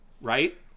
right